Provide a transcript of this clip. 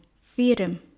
freedom